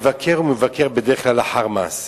מבקר הוא מבקר בדרך כלל לאחר מעשה,